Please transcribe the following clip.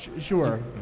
sure